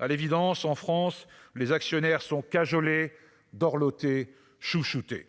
à l'évidence, en France, les actionnaires sont cajoler dorlotés, chouchoutés